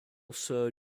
sir